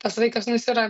tas vaikas nu jis yra